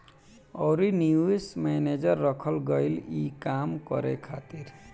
अउरी निवेश मैनेजर रखल गईल ई काम करे खातिर